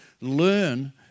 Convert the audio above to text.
learn